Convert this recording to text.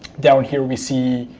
down here we see